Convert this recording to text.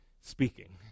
speaking